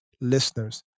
listeners